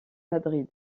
madrid